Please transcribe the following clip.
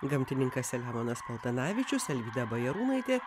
gamtininkas selemonas paltanavičius alvyda bajarūnaitė